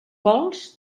cols